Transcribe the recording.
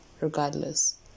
regardless